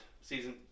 season